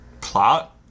plot